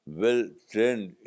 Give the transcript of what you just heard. well-trained